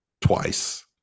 twice